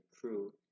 crew